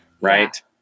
right